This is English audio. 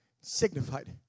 signified